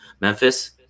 Memphis